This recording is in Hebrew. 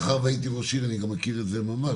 מאחר והייתי ראש עיר, אני גם מכיר את זה ממש.